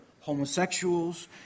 homosexuals